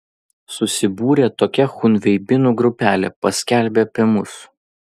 susibūrė tokia chungveibinų grupelė paskelbė apie mus